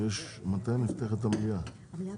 מתכבד לפתוח את ישיבת ועדת הכלכלה.